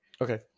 Okay